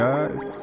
Guys